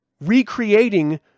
recreating